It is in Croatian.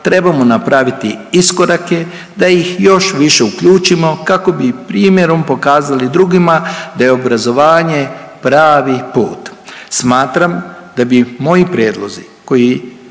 trebamo napraviti iskorake da ih još više uključimo kako bi i primjerom pokazali drugima da je obrazovanje pravi put. Smatram da bi moji prijedlozi koji,